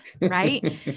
Right